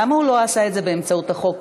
למה הוא לא עשה את זה באמצעות החוק,